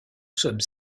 sommes